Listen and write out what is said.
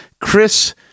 Chris